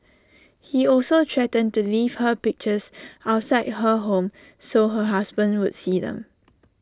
he also threatened to leave her pictures outside her home so her husband would see them